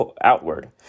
outward